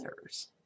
others